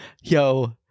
yo